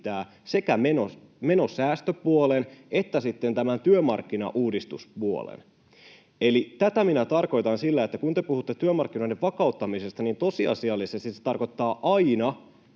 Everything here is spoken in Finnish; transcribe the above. sekä menosäästöpuolen että sitten tämän työmarkkinauudistuspuolen. Eli tätä minä tarkoitan sillä, että kun te puhutte työmarkkinoiden vakauttamisesta, niin tosiasiallisesti se tarkoittaa aina